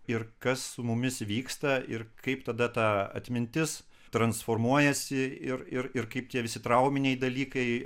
ir kas su mumis vyksta ir kaip tada ta atmintis transformuojasi ir ir ir kaip tie visi trauminiai dalykai